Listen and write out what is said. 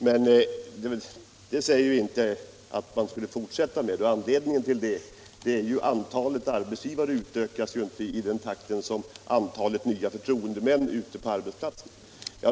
Detta förhållande säger ju inte att man skulle fortsätta med detta, och anledningen till det är att antalet arbetsgivare inte utökas i samma takt som antalet förtroendemän ute på arbetsplatserna.